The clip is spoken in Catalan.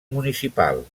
municipal